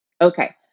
Okay